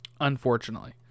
Unfortunately